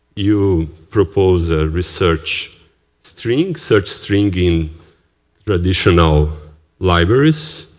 you propose a research stream, search stream, in traditional libraries.